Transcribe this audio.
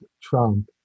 Trump